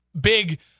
big